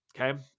Okay